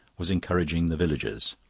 was encouraging the villagers.